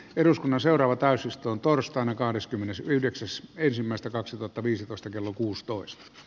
eduskunnan seuraava täysistun torstaina kahdeskymmenesyhdeksäs ensimmäistä kaksituhattaviisitoistakello kuusitoista